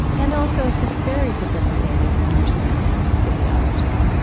and also it's a very sophisticated understanding of physiology,